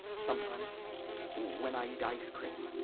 sometimes when i eat ice cream,